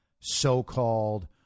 So-called